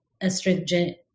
astringent